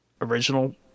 original